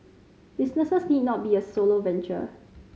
businesses need not be a solo venture